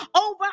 over